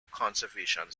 conservation